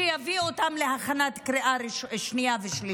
שיביא אותם להכנה לקריאה השנייה והשלישית.